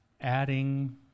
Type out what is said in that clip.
adding